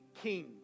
King